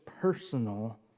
personal